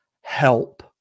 help